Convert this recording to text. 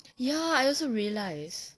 ya I also realize